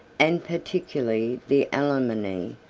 and particularly the alemanni,